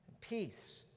peace